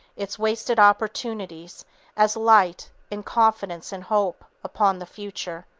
its wasted opportunities as light in confidence and hope, upon the future.